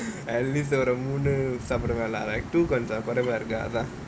at least ஒரு மூணு சாப்பிடுவேன்:oru moonu saapiduvaen like two கொஞ்சம் குறைவா இருக்கா:konjam kuraivaa irukkaa